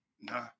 Nah